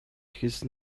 хэлсэн